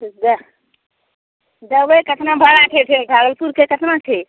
किछु दए देबै केतना भाड़ा छै से भागलपुरके केतना छै